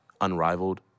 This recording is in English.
unrivaled